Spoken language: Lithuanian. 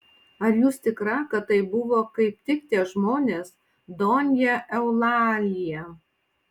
ar jūs tikra kad tai buvo kaip tik tie žmonės donja eulalija